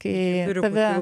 kai tave